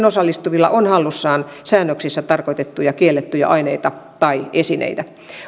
osallistuvilla on hallussaan säännöksissä tarkoitettuja kiellettyjä aineita tai esineitä